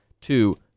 two